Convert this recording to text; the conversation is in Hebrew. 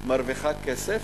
מרוויחה כסף,